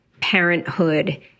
parenthood